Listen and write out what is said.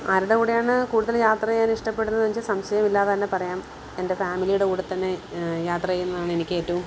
ആരുടെ കൂടെയാണ് കൂടുതൽ യാത്ര ചെയ്യാൻ ഇഷ്ടപ്പെടുന്നത് എന്ന് വെച്ചാൽ സംശയം ഇല്ലാതെ തന്നെ പറയാം എൻ്റെ ഫാമിലിയുടെ കൂടെ തന്നെ യാത്ര ചെയ്യുന്നതാണ് എനിക്ക് ഏറ്റവും